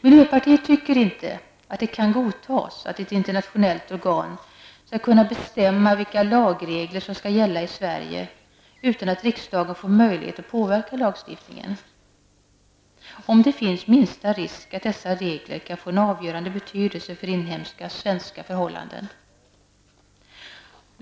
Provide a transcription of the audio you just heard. Miljöpartiet anser inte att det godtas att ett internationellt organ skall kunna bestämma vilka lagregler som skall gälla i Sverige utan att riksdagen får möjlighet att påverka lagstiftningen, om det finns minsta risk för att dessa regler kan få en avgörande betydelse för inhemska svenska förhållanden.